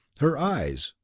her eyes,